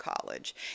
college